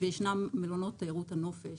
וישנם מלונות תיירות הנופש.